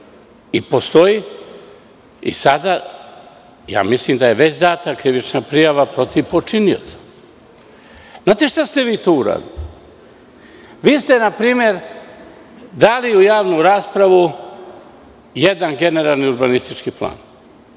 i postoji i sada, a ja mislim da je već data krivična prijava protiv počinioca. Znate šta ste vi tu uradili? Vi ste, na primer, dali u javnu raspravu jedan generalni urbanistički plan,